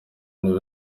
ibintu